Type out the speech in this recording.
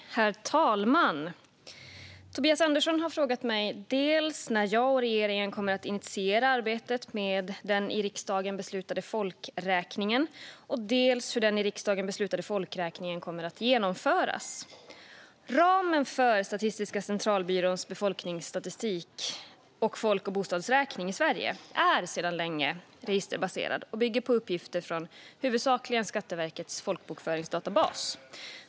Svar på interpellationer Herr talman! Tobias Andersson har frågat mig dels när jag och regeringen kommer att initiera arbetet med den i riksdagen beslutade folkräkningen, dels hur den i riksdagen beslutade folkräkningen kommer att genomföras. Statistiska centralbyråns befolkningsstatistik och folk och bostadsräkning i Sverige är sedan länge registerbaserad och bygger huvudsakligen på uppgifter från Skatteverkets folkbokföringsdatabas.